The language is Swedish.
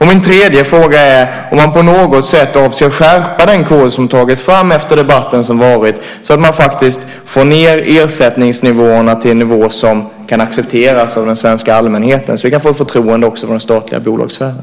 Min tredje fråga gäller om man på något sätt avser skärpa den kod som tagits fram efter den debatt som ägt rum så att man faktiskt får ned ersättningsnivåerna till en nivå som kan accepteras av den svenska allmänheten, så att vi kan få ett förtroende också för den statliga bolagssfären?